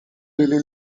delle